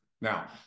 Now